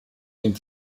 dem